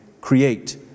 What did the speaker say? create